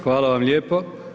Hvala vam lijepo.